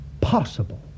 possible